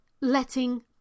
letting